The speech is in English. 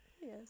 Yes